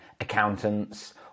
accountants